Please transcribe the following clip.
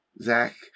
Zach